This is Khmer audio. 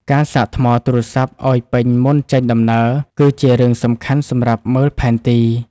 ការសាកថ្មទូរស័ព្ទឱ្យពេញមុនចេញដំណើរ គឺជារឿងសំខាន់សម្រាប់មើលផែនទី។